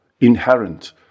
inherent